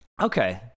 Okay